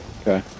Okay